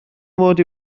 mod